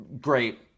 great